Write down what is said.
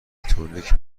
تونیک